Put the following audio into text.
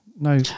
no